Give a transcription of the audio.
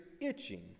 itching